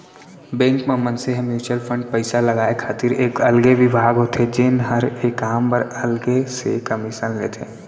bank म मनसे ह म्युचुअल फंड पइसा लगाय खातिर एक अलगे बिभाग होथे जेन हर ए काम बर अलग से कमीसन लेथे